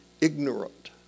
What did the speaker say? ignorant